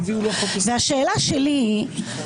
והשאלה שלי היא,